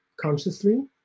consciously